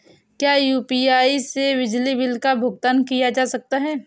क्या यू.पी.आई से बिजली बिल का भुगतान किया जा सकता है?